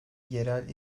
yerel